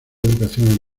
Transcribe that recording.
educación